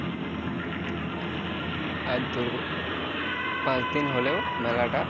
আর দুর্গা পাঁচ দিন হলেও মেলাটা